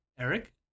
Eric